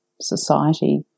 society